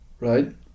right